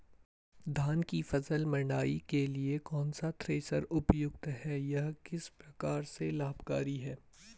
धान की फसल मड़ाई के लिए कौन सा थ्रेशर उपयुक्त है यह किस प्रकार से लाभकारी है?